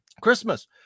Christmas